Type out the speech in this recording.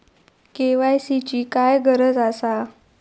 KYC ची काय गरज आसा?